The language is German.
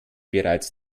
bereits